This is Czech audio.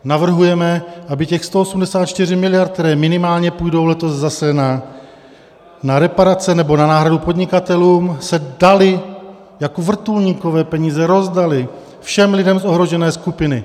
Navrhujeme, aby těch 184 miliard, které minimálně půjdou letos zase na reparace nebo na náhradu podnikatelům, se daly jako vrtulníkové peníze, rozdaly všem lidem ohrožené skupiny.